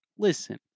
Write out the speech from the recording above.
Listen